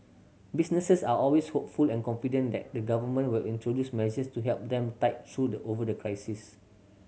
businesses are always hopeful and confident that the Government will introduce measures to help them tide through the over the crisis